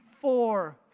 four